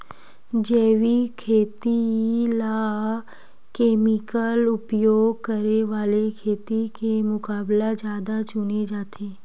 जैविक खेती ला केमिकल उपयोग करे वाले खेती के मुकाबला ज्यादा चुने जाते